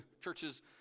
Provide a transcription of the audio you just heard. churches